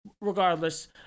Regardless